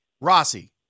Rossi